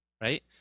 right